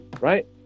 right